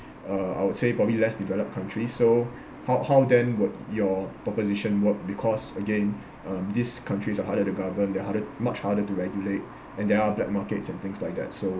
uh I would say probably less developed countries so how how then would your proposition work because again um these countries are harder to govern they're harder much harder to regulate and there are black markets and things like that so